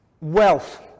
Wealth